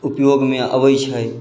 उपयोगमे आबै छै